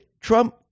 Trump